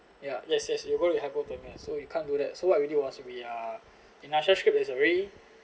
ya let's say you gonna have hypothermia so you can't do that so what we really was we are in our shell scrape there is a really